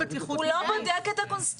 הוא לא בודק את הקונסטרוקציה.